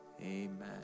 Amen